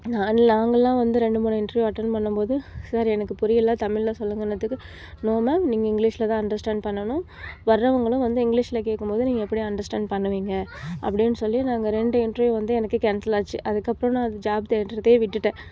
நாங்கள் நாங்கள்லாம் வந்து ரெண்டு மூணு இன்டெர்வியூ அட்டன் பண்ணும் போது சார் எனக்கு புரியலை தமிழ்ல சொல்லுங்கன்னத்துக்கு நோ மேம் நீங்கள் இங்கிலிஷ்லதான் அண்டர்ஸ்டாண்ட் பண்ணனும் வரவுங்களும் வந்து இங்கிலிஷ்ல கேக்கும்போது நீங்கள் எப்படி அண்டர்ஸ்டாண்ட் பண்ணுவீங்க அப்படின்னு சொல்லி எனக்கு ரெண்டு இன்டெர்வியூ வந்து எனக்கு கேன்செல் ஆச்சு அதுக்கு அப்பறோம் ஜாப் தேடுறதே விட்டுட்டேன்